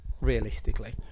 Realistically